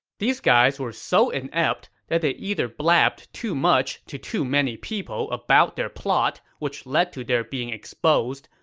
these guys were so inept that they either blabbed too much to too many people about their plot, which led to their being exposed,